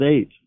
eight